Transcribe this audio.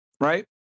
right